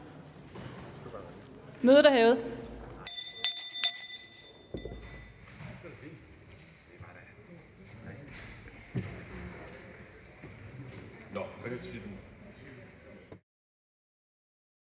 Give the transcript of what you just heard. Mødet er hævet.